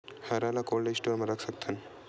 हरा ल cold store म रख सकथन?